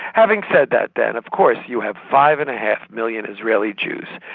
having said that then, of course you have five-and-a-half million israeli jews.